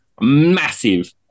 massive